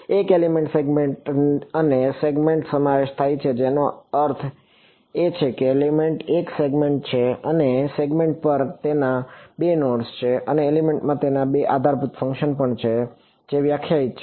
એક એલિમેન્ટમાં સેગમેન્ટ અને સેગમેન્ટનો સમાવેશ થાય છે જેનો અર્થ છે કે એલિમેન્ટ એક સેગમેન્ટ છે અને તે સેગમેન્ટમાં તેના પર 2 નોડ્સ છે અને એલિમેન્ટમાં તેના પર બે આધારભૂત ફંકશન પણ વ્યાખ્યાયિત છે